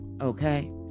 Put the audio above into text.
Okay